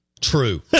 True